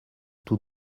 tout